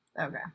okay